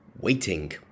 waiting